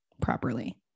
properly